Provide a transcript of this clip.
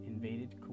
Invaded